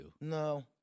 No